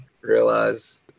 realize